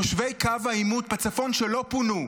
תושבי קו העימות בצפון שלא פונו,